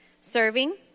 serving